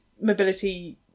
mobility